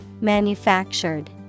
manufactured